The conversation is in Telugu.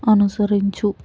అనుసరించు